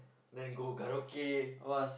then go karaoke